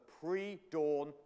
pre-dawn